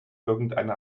irgendeiner